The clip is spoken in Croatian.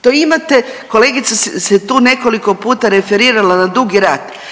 to imate kolegica se tu nekoliko puta referirala na Dugi Rat,